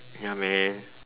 ya man